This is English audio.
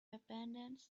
abandons